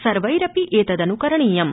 सर्वेरपि एतदन्करणीयम्